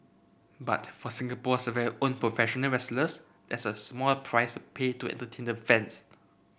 but for Singapore's very own professional wrestlers that's a small price pay to entertain the fans